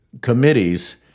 committees